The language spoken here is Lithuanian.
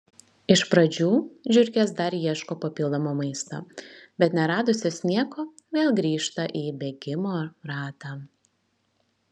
iš pradžių žiurkės dar ieško papildomo maisto bet neradusios nieko vėl grįžta į bėgimo ratą